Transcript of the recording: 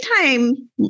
time